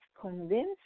convince